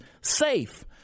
safe